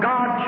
God